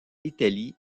italie